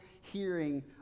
hearing